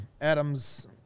Adams